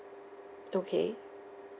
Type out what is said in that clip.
okay